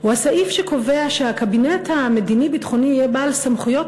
הוא הסעיף שקובע שהקבינט המדיני-ביטחוני יהיה בעל סמכויות